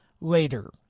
later